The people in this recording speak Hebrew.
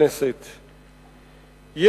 תודה רבה לך,